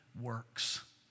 works